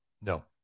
No